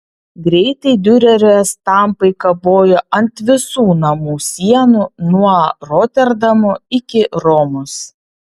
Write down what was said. greitai diurerio estampai kabojo ant visų namų sienų nuo roterdamo iki romos